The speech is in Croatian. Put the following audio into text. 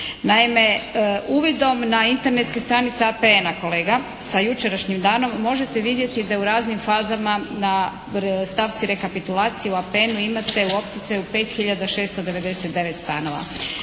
Naime uvidom na internetske stranice APN-a kolega sa jučerašnjim danom možete vidjeti da je u raznim fazama na stavci rekapitulacije u APN-u imate u opticaju 5 hiljada 699 stanova.